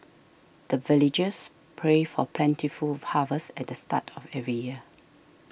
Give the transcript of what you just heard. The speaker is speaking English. the villagers pray for plentiful harvest at the start of every year